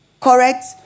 correct